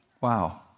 Wow